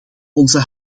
onze